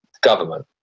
Government